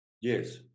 Yes